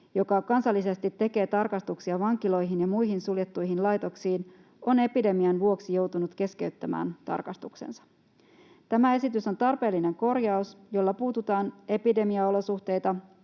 joka kansallisesti tekee tarkastuksia vankiloihin ja muihin suljettuihin laitoksiin, on epidemian vuoksi joutunut keskeyttämään tarkastuksensa. Tämä esitys on tarpeellinen korjaus, jolla puututaan epidemiaolosuhteista